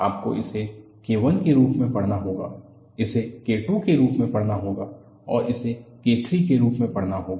आपको इसे K I के रूप में पढ़ना होगा इसे K II के रूप में पढ़ना होगा और इसे K III के रूप में पढ़ना होगा